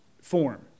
form